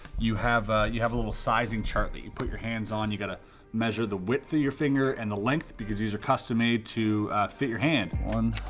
you have you have a little sizing chart that you put your hands on. you've gotta measure the width of your finger and the length, because these are custom made to fit your hand something